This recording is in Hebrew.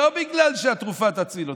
לא בגלל שהתרופה תציל אותי,